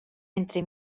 entre